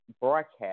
broadcast